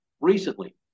recently